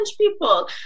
people